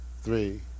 three